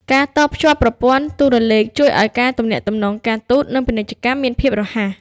ការតភ្ជាប់ប្រព័ន្ធទូរលេខជួយឱ្យការទំនាក់ទំនងការទូត និងពាណិជ្ជកម្មមានភាពរហ័ស។